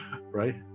right